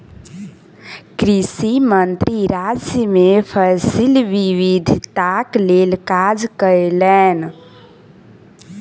कृषि मंत्री राज्य मे फसिल विविधताक लेल काज कयलैन